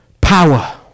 power